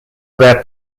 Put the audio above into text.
their